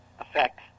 effect